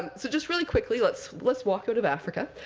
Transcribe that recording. so just, really quickly, let's let's walk out of africa.